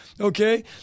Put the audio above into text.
Okay